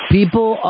People